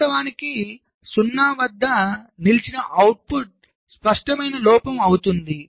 వాస్తవానికి 0 వద్ద నిలిచిన అవుట్పుట్ స్పష్టమైన లోపం అవుతుంది